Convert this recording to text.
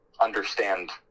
understand